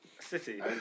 City